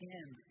end